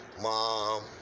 mom